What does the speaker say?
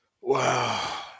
Wow